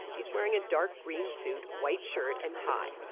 he's wearing a dark green suit, white shirt and tie.